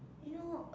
you know